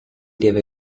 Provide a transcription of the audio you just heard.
deve